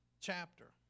chapter